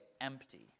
empty